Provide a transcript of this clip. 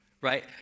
right